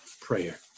prayer